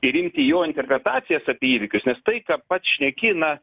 ir imti jo interpretacijas apie įvykius nes tai ką pats šneki na